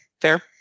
Fair